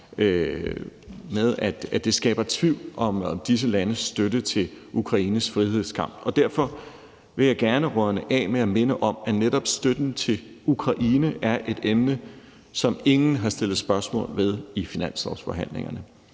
ved, at det skaber tvivl om disse landes støtte til Ukraines frihedskamp. Derfor vil jeg gerne runde af ved at minde om, at netop støtten til Ukraine er et emne, som ingen har sat spørgsmålstegn ved i finanslovsforhandlingerne.